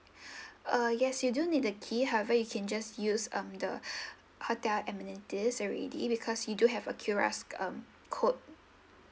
uh yes you don't need the key however you can just use um the hotel amenities already because you do have a Q_R um code